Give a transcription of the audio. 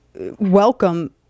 welcome